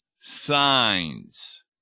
signs